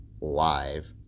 live